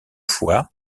foix